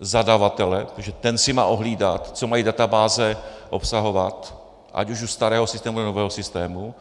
zadavatele, protože ten si má ohlídat, co mají databáze obsahovat, ať už u starého systému, nebo nového systému.